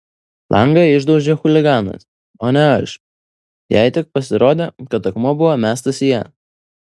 langą išdaužė chuliganas o ne aš jai tik pasirodė kad akmuo buvo mestas į ją